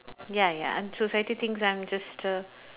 ya ya society thinks that I'm just a